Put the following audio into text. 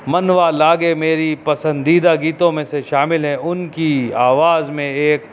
منوا لاگے میری پسندیدہ گیتوں میں سے شامل ہیں ان کی آواز میں ایک